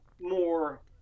more